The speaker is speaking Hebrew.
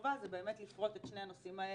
הקרובה זה באמת לפרוט את שני הנושאים האלה: